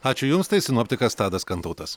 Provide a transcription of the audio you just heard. ačiū jums tai sinoptikas tadas kantautas